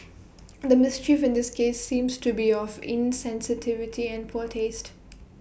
the mischief in this case seems to be of insensitivity and poor taste